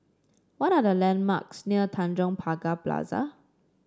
what are the landmarks near Tanjong Pagar Plaza